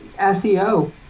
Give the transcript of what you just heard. SEO